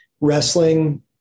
wrestling